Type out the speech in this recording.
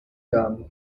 dame